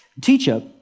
Teacher